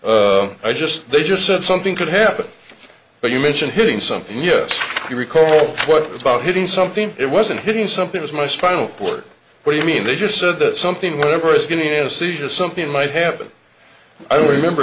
recall i just they just said something could happen but you mention hitting something yes you recall what it was about hitting something it wasn't hitting something as my spinal cord what do you mean they just said that something whatever is going in a seizure something might happen i don't remember